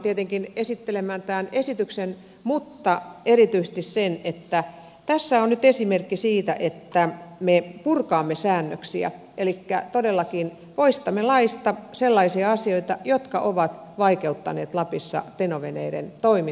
tietenkin esittelemään tämän esityksen mutta erityisesti siksi että tässä on nyt esimerkki siitä että me puramme säännöksiä elikkä todellakin poistamme laista sellaisia asioita jotka ovat vaikeuttaneet lapissa teno veneiden toimintaa